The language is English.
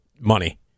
money